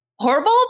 Horrible